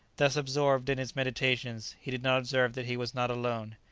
thus absorbed in his meditations he did not observe that he was not alone.